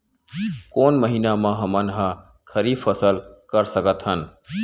कोन महिना म हमन ह खरीफ फसल कर सकत हन?